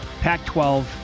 Pac-12